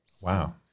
Wow